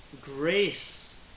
Grace